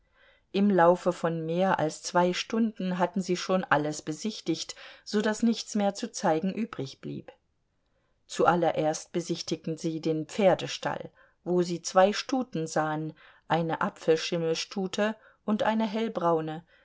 im laufe von mehr als zwei stunden hatten sie schon alles besichtigt so daß nichts mehr zu zeigen übrigblieb zuallererst besichtigten sie den pferdestall wo sie zwei stuten sahen eine apfelschimmelstute und eine hellbraune